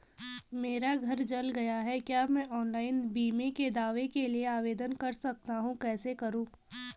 मेरा घर जल गया है क्या मैं ऑनलाइन बीमे के दावे के लिए आवेदन कर सकता हूँ कैसे करूँ?